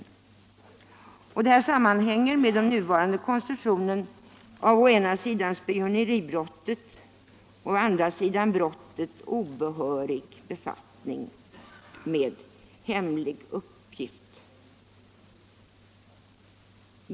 Det här sammanhänger med den nuvarande konstruktionen av å ena sidan spioneribrottet, å andra sidan brottet obehörig befattning med hemlig uppgift.